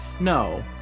no